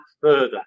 further